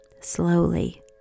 slowly